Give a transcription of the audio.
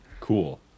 Cool